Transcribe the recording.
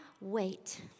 wait